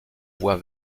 voie